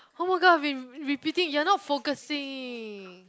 oh my god I've been re~ repeating you are not focusing